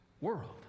world